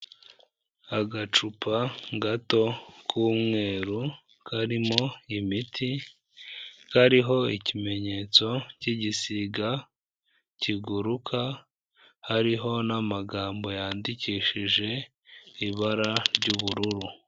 Agacupa gato k'umweru, karimo imiti, kariho ikimenyetso k'igisiga kiguruka, hariho n'amagambo yandikishije ibara ry'ubururu.